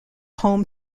home